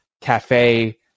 cafe